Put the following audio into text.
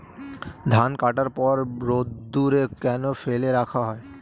ধান কাটার পর রোদ্দুরে কেন ফেলে রাখা হয়?